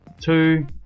two